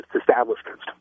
establishments